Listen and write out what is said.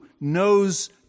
knows